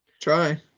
try